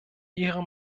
ihre